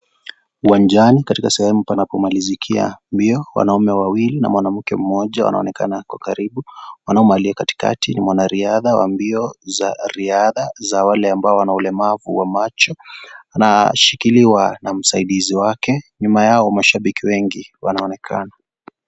Uwanjani katika sehemu panapomalizikia mbio, wanaume wawili na mwanamke mmoja wanaonekana kwa karibu. Mwanamume aliye katikati ni mwanariadha wa mbio za riadha za wale ambao wana ulemavu wa macho. Ana shikiliwa na msaidizi wake. Nyuma yao mashabiki wengi wanaonekana.